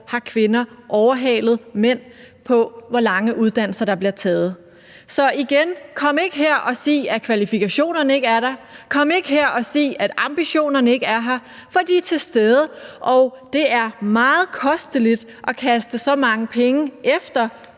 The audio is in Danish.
har kvinder overhalet mændene på, hvor lange uddannelser der bliver taget. Så igen: Kom ikke her og sig, at kvalifikationerne ikke er der, og kom ikke her og sig, at ambitionerne ikke er der, for de er til stede. Og det er meget kosteligt at kaste så mange penge efter